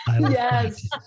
Yes